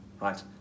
right